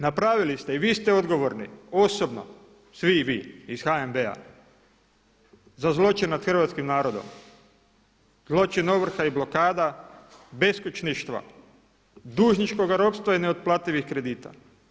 Napravili ste i vi ste odgovorni osobno svi vi iz HNB-a za zločin nad hrvatskim narodom, zločin ovrha i blokada, beskućništva, dužničkog ropstva i neotplativih kredita.